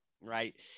right